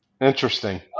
Interesting